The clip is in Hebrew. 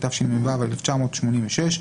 התשמ"ו-1986,